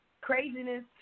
craziness